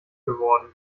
geworden